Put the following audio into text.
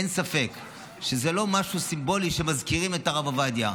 אין ספק שזה לא משהו סימבולי שמזכירים את הרב עובדיה.